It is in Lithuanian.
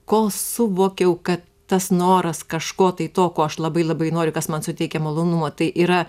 kol suvokiau kad tas noras kažko tai to ko aš labai labai noriu kas man suteikia malonumo tai yra